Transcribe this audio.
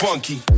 Funky